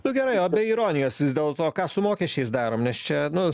nu gerai o be ironijos vis dėl to ką su mokesčiais darom nes čia nu